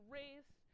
race